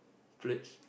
pledge